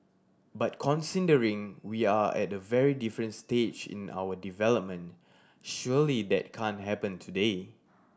but considering we are at a very different stage in our development surely that can't happen today